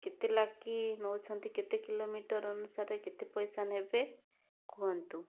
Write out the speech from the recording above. କେତେ ନେଉଛନ୍ତି କେତେ କିଲୋମିଟର ଅନୁସାରେ କେତେ ପଇସା ନେବେ କୁହନ୍ତୁ